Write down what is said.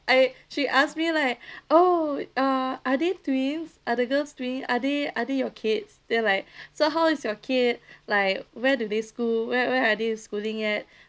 I she ask me like oh uh are they twins are the girls twin are they are they your kids they like so how is your kid like where do they school where where are they schooling at